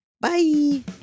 Bye